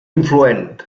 influent